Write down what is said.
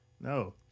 No